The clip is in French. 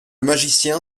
magicien